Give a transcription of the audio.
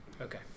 Okay